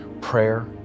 prayer